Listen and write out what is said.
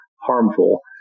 harmful